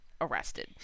arrested